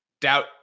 doubt